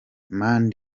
bwana